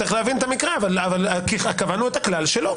צריך להבין את המקרה, אבל קבענו את הכלל שלא.